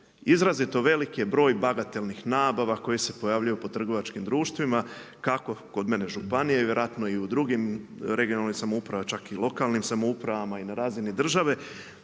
izrazito velik je broj bagatelnih nabava koje se pojavljuju po trgovačkim društvima kako kod mene u županiji, vjerojatno i u drugim regionalnoj samoupravi, čak i lokalnim samoupravama i na razini države